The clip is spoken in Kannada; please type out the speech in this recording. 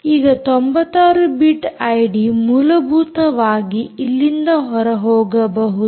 ಈಗ 96 ಬಿಟ್ ಐಡಿ ಮೂಲಭೂತವಾಗಿ ಇಲ್ಲಿಂದ ಹೊರಹೋಗಬಹುದು